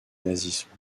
nazisme